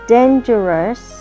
Dangerous